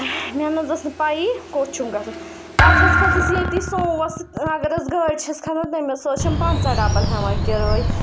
مےٚ نہ حظ ٲس نہٕ پَیی کوٚت چھُم گژھُن پَتہٕ حظ کھٔژٕس ییٚتی سوموَس اگر حظ گاڑِ چھَس کھَسان تیٚمۍ حظ چھَم پنٛژاہ ڈَبَل ہیٚوان کِرٲے